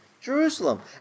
Jerusalem